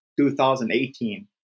2018